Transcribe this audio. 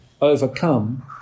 overcome